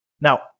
Now